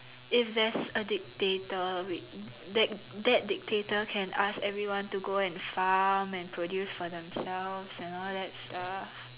if there's a dictator which that that dictator can ask everyone to go and farm and produce for themselves and all that stuff